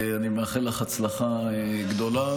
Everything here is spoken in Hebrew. אני מאחל לך הצלחה גדולה.